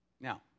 Now